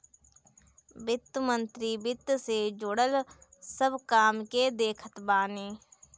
वित्त मंत्री वित्त से जुड़ल सब काम के देखत बाने